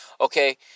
okay